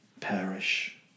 perish